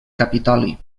capitoli